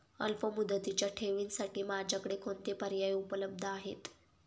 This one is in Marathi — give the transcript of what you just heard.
अल्पमुदतीच्या ठेवींसाठी माझ्याकडे कोणते पर्याय उपलब्ध आहेत?